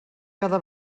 cada